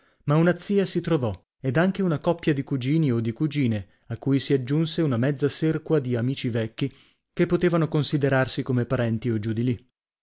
ma una zia si trovò ed anche una copia di cugini o di cugine a cui si aggiunse una mezza serqua di amici vecchi che potevano considerarsi come parenti o giù di lì